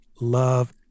love